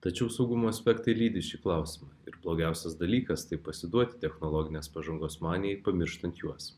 tačiau saugumo aspektai lydi šį klausimą ir blogiausias dalykas tai pasiduoti technologinės pažangos manijai pamirštant juos